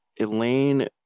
Elaine